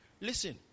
Listen